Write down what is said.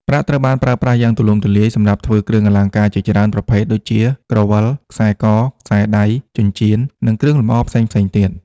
ប្រាក់ត្រូវបានប្រើប្រាស់យ៉ាងទូលំទូលាយសម្រាប់ធ្វើគ្រឿងអលង្ការជាច្រើនប្រភេទដូចជា ក្រវិល ខ្សែក ខ្សែដៃ ចិញ្ចៀន និងគ្រឿងលម្អផ្សេងៗទៀត។